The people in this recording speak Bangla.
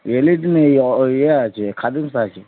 এলিট নেই ও ইয়ে আছে খাদিমস আছে